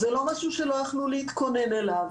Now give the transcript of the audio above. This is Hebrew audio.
זה לא משהו שלא יכלו להתכונן אליו.